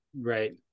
Right